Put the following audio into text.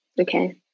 Okay